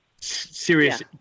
Serious